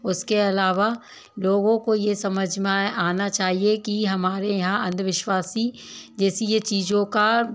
उसके अलावा लोगों को ये समझ में आ आना चाहिए कि हमारे यहाँ अंधविश्वासी जैसी ये चीज़ों का